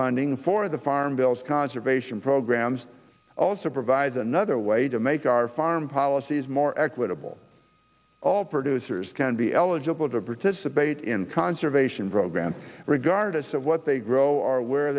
funding for the farm bill as conservation programs also provides another way to make our farm policies more equitable all producers can be eligible to participate in conservation programs regardless of what they grow or where